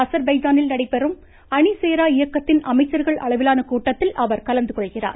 அசர் பைஜானில் நடைபெறும் அணிசேரா இயக்கத்தின் அமைச்சர்கள் அளவிலான கூட்டத்தில் அவர் கலந்துகொள்கிறார்